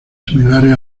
similares